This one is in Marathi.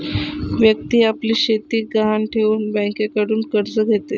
व्यक्ती आपली शेती गहाण ठेवून बँकेकडून कर्ज घेते